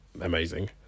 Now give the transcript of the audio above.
amazing